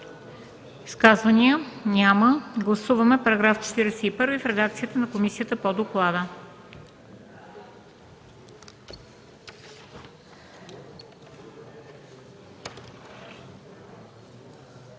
Изказвания? Няма. Гласуваме чл. 41 в редакцията на комисията по доклада.